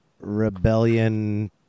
rebellion